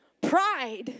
Pride